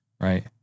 right